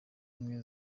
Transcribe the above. ubumwe